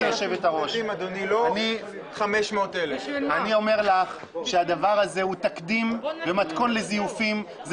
אני אומר לך שהדבר הזה הוא תקדים ומתכון לזיופים.